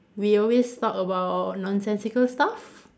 we always talk about nonsense secret stuff